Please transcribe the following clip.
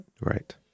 Right